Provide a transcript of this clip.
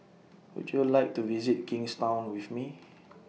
Would YOU like to visit Kingstown with Me